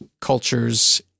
cultures